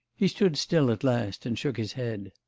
he stood still at last and shook his head.